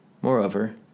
Moreover